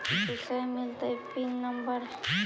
दुसरे मिलतै pin number?